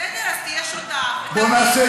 בסדר, אז תהיה שותף ותגיד,